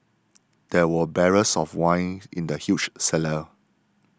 there were barrels of wine in the huge cellar